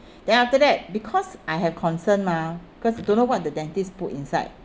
then after that because I have concern mah because don't know what the dentist put inside